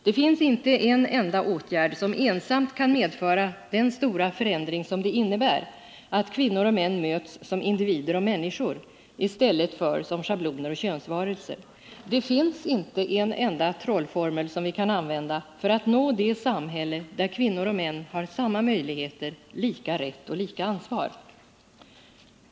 Det finns inte en enda åtgärd som ensam kan medföra den stora förändring som det innebär att kvinnor och män möts som individer och människor i stället för som schabloner och könsvarelser. Det finns inte en enda trollformel som vi kan använda för att nå det samhälle där kvinnor och män har samma möjligheter, lika rätt och lika ansvar.